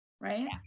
right